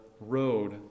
road